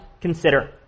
consider